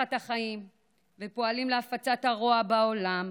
תחת החיים ופועלים להפצת הרוע בעולם,